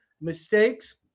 mistakes